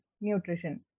nutrition